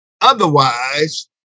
Otherwise